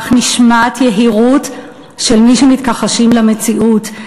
כך נשמעת יהירות של מי שמתכחשים למציאות,